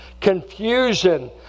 Confusion